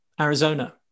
Arizona